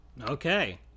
Okay